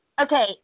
Okay